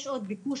יש עוד ביקוש,